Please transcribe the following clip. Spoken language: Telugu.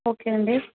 ఓకే అండి